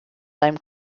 seinem